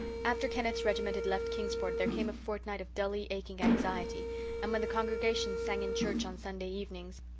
after kenneth's regiment had left kingsport there came a fortnight of dully-aching anxiety and when the congregation sang in church on sunday evenings,